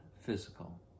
physical